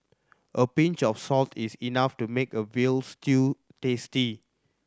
a pinch of salt is enough to make a veal stew tasty